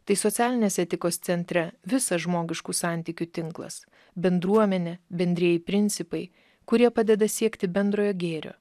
tai socialinės etikos centre visas žmogiškų santykių tinklas bendruomenė bendrieji principai kurie padeda siekti bendrojo gėrio